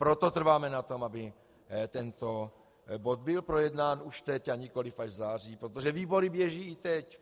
Proto trváme na tom, aby tento bod byl projednán už teď, a nikoliv až v září, protože výbory běží i teď.